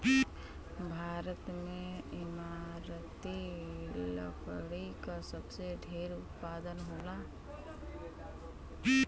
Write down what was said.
भारत में इमारती लकड़ी क सबसे ढेर उत्पादन होला